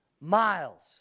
miles